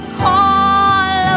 call